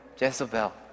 Jezebel